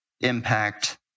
impact